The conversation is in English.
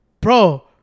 Bro